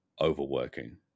overworking